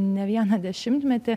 ne vieną dešimtmetį